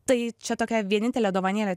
tai čia tokia vienintelė dovanėlė